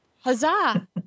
huzzah